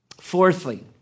Fourthly